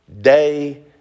day